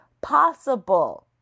possible